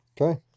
Okay